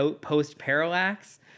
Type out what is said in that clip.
post-parallax